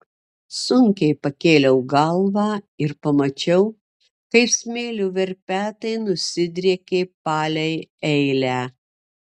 sunkiai pakėliau galvą ir pamačiau kaip smėlio verpetai nusidriekė palei eilę